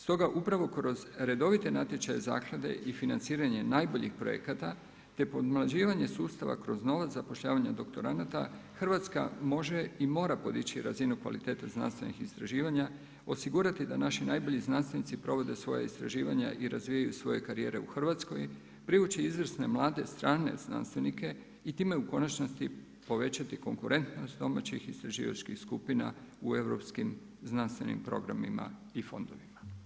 Stoga upravo kroz redovite natječaje zaklade i financiranje najboljih projekata te pomlađivanje sustava kroz novo zapošljavanje doktoranata, Hrvatska može i mora podići razinu kvalitete znanstvenih istraživanja, osigurati da naši najbolji znanstvenici provode svoje istraživanja i razvijaju svoje karijere u Hrvatskoj, privući izvrsne mlade strane znanstvenike i time u konačnici, povećati konkurentnost domaćih istraživačkih skupina u europskim znanstvenim programima i fondovima.